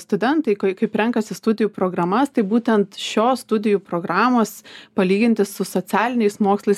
studentai k kaip renkasi studijų programas tai būtent šios studijų programos palyginti su socialiniais mokslais